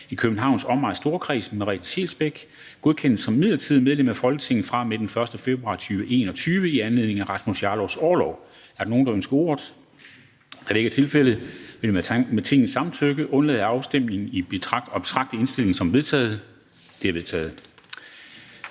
i Københavns Omegns Storkreds, Merete Scheelsbeck, godkendes som midlertidigt medlem af Folketinget fra og med den 1. februar 2021, i anledning af Rasmus Jarlovs orlov. Er der nogen, der ønsker ordet? Da det ikke er tilfældet, vil jeg med Tingets samtykke undlade afstemning og betragte indstillingen som vedtaget.